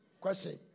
Question